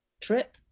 trip